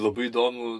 labai įdomu